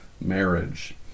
marriage